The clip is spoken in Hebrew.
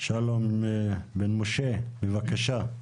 שלום בן משה, בבקשה.